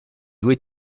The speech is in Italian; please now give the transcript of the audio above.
due